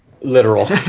literal